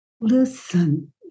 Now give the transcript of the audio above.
listen